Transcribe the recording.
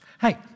Hey